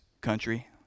country